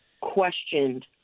questioned